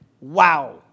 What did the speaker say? Wow